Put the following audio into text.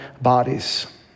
bodies